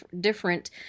Different